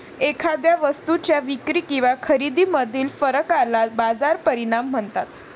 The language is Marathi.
एखाद्या वस्तूच्या विक्री किंवा खरेदीमधील फरकाला बाजार परिणाम म्हणतात